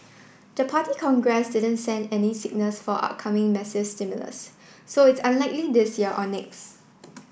the Party Congress didn't send any signals for upcoming massive stimulus so it's unlikely this year or next